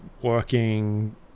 working